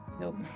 Nope